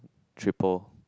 triple